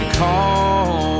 call